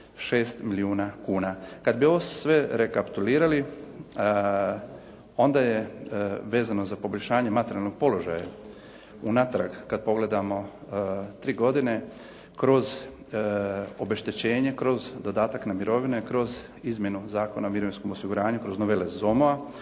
milijuna kuna. Kad bi ovo sve rekapitulirali onda je, vezano za poboljšanje materijalnog položaja, unatrag kad pogledamo tri godine kroz obeštećenje, kroz dodatak na mirovine, kroz izmjenu Zakona o mirovinskom osiguranju, kroz novele …